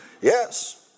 yes